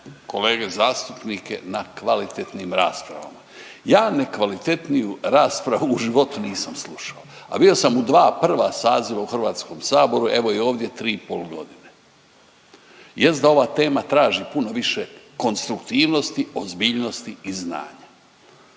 kolege zastupnike na kvalitetnim raspravama. Ja ne kvalitetniju raspravu u životu nisam slušao, a bio sam u dva prva saziva u Hrvatskom saboru evo i ovdje 3,5 godine. Jest da ova tema traži puno više konstruktivnosti, ozbiljnosti i znanja.